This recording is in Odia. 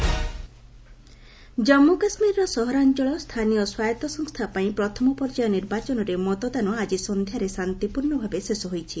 ଜେକେ ପୋଲିଙ୍ଗ୍ ଜନ୍ମୁ କାଶ୍ମୀରର ସହରାଞ୍ଚଳ ସ୍ଥାନୀୟ ସ୍ୱାୟତ୍ତ ସଂସ୍ଥା ପାଇଁ ପ୍ରଥମ ପର୍ଯ୍ୟାୟ ନିର୍ବାଚନରେ ମତଦାନ ଆଜି ସନ୍ଧ୍ୟାରେ ଶାନ୍ତିପୂର୍ଣ୍ଣଭାବେ ଶେଷ ହୋଇଛି